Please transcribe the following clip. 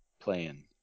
playing